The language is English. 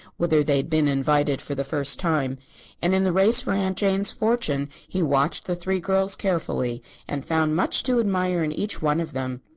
whither they had been invited for the first time and in the race for aunt jane's fortune he watched the three girls carefully and found much to admire in each one of them.